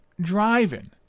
driving